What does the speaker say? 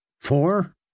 Four